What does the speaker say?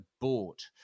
bought